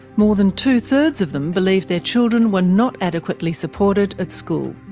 more than two thirds of them believe their children were not adequately supported at school.